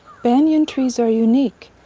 banyan trees are unique,